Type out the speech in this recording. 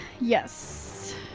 yes